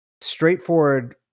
straightforward